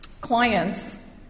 clients